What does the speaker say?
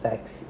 that's